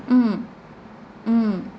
mm mm